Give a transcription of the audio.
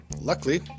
Luckily